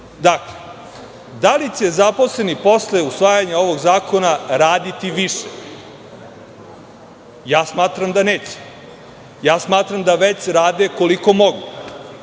Da li će zaposleni posle usvajanja ovog zakona raditi više? Ja smatram da neće. Ja smatram da već rade koliko mogu.